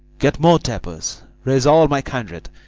get more tapers raise all my kindred